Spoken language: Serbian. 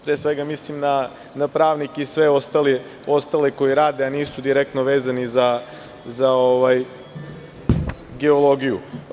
Pre svega mislim na pravnike i na sve ostale koji rade a nisu direktno vezani za geologiju.